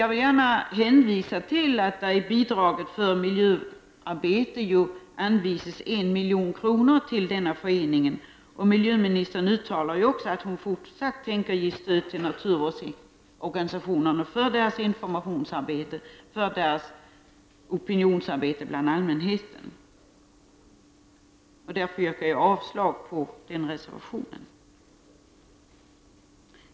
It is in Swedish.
Jag vill gärna hänvisa till att av bidraget för miljöarbete anvisas 1 milj.kr. till denna förening, och miljöministern uttalar också att hon fortsatt tänker ge stöd åt naturvårdsorganisationerna för deras opinionsarbete bland allmänheten. Därför yrkar jag avslag på den reservationen.